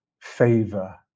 favor